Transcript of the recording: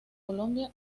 colombia